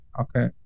okay